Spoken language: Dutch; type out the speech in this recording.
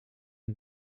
een